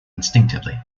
instinctively